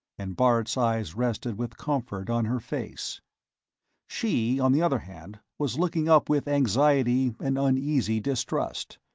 and bart's eyes rested with comfort on her face she, on the other hand, was looking up with anxiety and uneasy distrust.